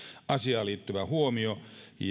asiaan liittyvä huomio